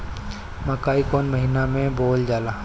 मकई कौन महीना मे बोअल जाला?